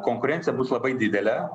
konkurencija bus labai didelė